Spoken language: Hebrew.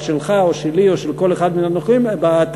שלך או שלי או של כל אחד מן הנוכחים בטלוויזיה.